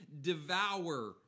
devour